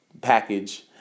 package